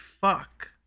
fuck